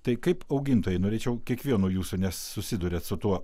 tai kaip augintojai norėčiau kiekvieno jūsų nes susiduriat su tuo